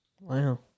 Wow